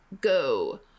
go